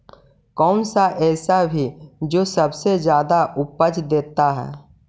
कौन सा ऐसा भी जो सबसे ज्यादा उपज देता है?